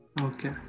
Okay